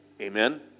Amen